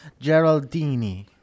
Geraldini